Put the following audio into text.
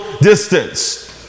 distance